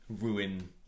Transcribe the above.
Ruin